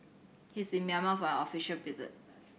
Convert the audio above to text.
he is in Myanmar for an official visit